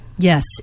Yes